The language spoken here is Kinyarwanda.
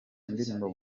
ndirimbo